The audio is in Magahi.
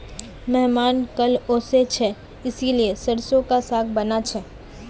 मेहमान कल ओशो छे इसीलिए सरसों का साग बाना छे